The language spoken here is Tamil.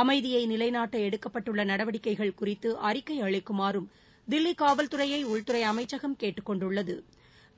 அமைதியை நிலைநாட்ட எடுக்கப்பட்டுள்ள நடவடிக்கைகள் குறித்து அறிக்கை அளிக்குமாறும் தில்லி காவல்துறையை உள்துறை அமைச்சகம் கேட்டுக்கொண்டுள்ளது